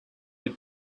were